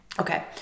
Okay